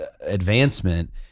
advancement